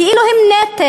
כאילו הם נטל,